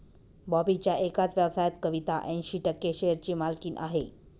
बॉबीच्या एकाच व्यवसायात कविता ऐंशी टक्के शेअरची मालकीण आहे